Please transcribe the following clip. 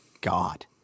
God